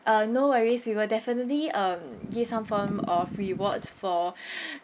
uh no worries we will definitely um give some form of rewards for